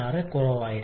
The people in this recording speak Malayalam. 46 കുറവായിരുന്നു